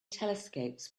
telescopes